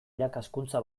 irakaskuntza